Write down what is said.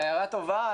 הערה טובה.